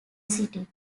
city